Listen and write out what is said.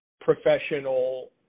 professional